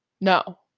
No